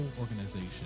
organization